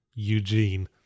eugene